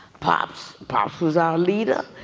pops, pops was our leader.